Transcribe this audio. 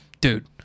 dude